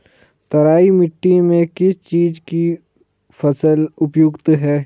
तराई मिट्टी में किस चीज़ की फसल उपयुक्त है?